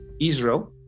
Israel